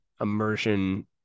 immersion